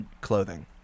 clothing